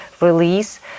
release